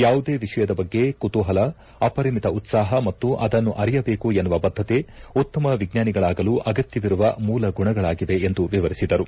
ಯಾವುದೇ ವಿಷಯದ ಬಗ್ಗೆ ಕುತೂಪಲ ಅಪರಿಮಿತ ಉತ್ಸಾಹ ಮತ್ತು ಅದನ್ನು ಅರಿಯಬೇಕು ಎನ್ನುವ ಬದ್ಗತೆ ಉತ್ತಮ ವಿಜ್ಞಾನಿಗಳಾಗಲು ಆಗತ್ತವಿರುವ ಮೂಲ ಗುಣಗಳಾಗಿವೆ ಎಂದು ವಿವರಿಸಿದರು